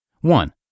One